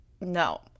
No